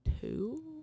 two